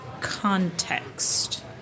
context